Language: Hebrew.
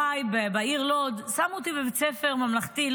בעיר לוד הוריי שמו אותי בבית ספר ממלכתי,